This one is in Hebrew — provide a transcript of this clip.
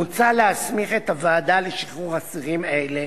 מוצע להסמיך את הוועדה לשחרור אסירים אלה